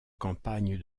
campagne